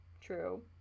True